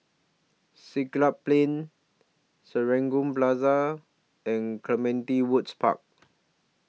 Siglap Plain Serangoon Plaza and Clementi Woods Park